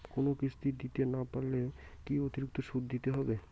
কোনো কিস্তি দিতে না পারলে কি অতিরিক্ত সুদ দিতে হবে?